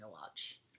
watch